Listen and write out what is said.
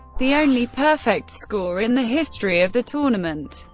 the only perfect score in the history of the tournament.